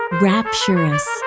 rapturous